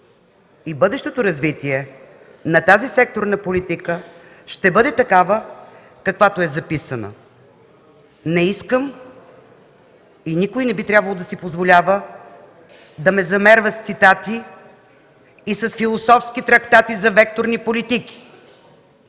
и бъдещето развитие на тази секторна политика ще бъда такава, каквато е записана. Не искам, и никой не би трябвало да си позволява да ме замерва с цитати и с философски трактати за векторни политики.